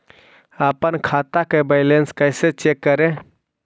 अपन खाता के बैलेंस कैसे चेक करे?